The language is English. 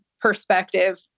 perspective